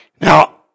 Now